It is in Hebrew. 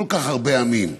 כל כך הרבה עמים?